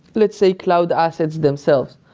let's say, cloud assets themselves.